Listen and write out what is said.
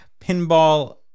pinball